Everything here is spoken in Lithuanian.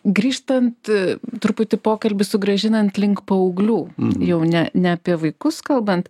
grįžtant truputį pokalbį sugrąžinant link paauglių jau ne ne apie vaikus kalbant